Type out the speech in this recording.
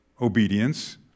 obedience